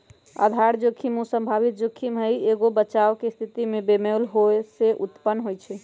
आधार जोखिम उ संभावित जोखिम हइ जे एगो बचाव के स्थिति में बेमेल होय से उत्पन्न होइ छइ